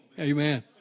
Amen